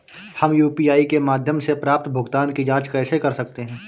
हम यू.पी.आई के माध्यम से प्राप्त भुगतान की जॉंच कैसे कर सकते हैं?